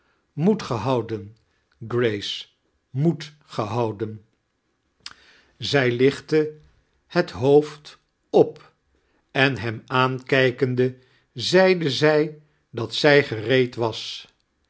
moed gehouden grace moed gehouden zij lichtte het hoofd op ein hem aankijkende zeide zij dat zij gereed was